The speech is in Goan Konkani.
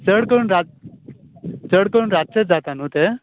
चड करून रात चड करून रातचेत जाता न्हूं ते